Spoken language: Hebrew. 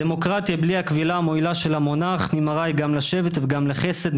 הדמוקרטיה בלי הכבילה המועילה של המונרך היא מראה גם לשבט וגם לחסד,